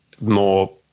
more –